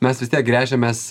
mes vis tiek gręžiamės